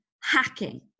Hacking